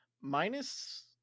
Minus